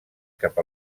cap